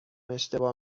اشتباه